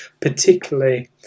particularly